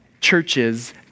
churches